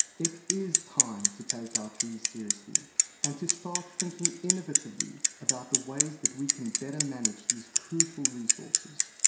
it is time to take our trees seriously and to start thinking innovatively about the ways that we can better manage these crucial resources.